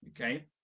okay